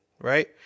Right